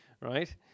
right